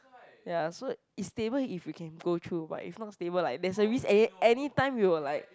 ya so is stable if you can go through but if not stable like there's a risk a~ any time you will like